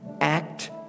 act